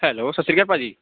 hello ਸਤਿ ਸ਼੍ਰੀ ਅਕਾਲ ਭਾਅ ਜੀ